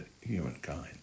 humankind